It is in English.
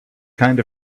kind